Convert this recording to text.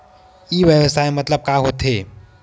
ई व्यवसाय मतलब का होथे?